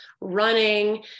running